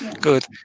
Good